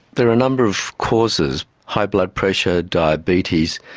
there are a number of causes high blood pressure, diabetes,